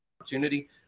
opportunity